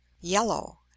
yellow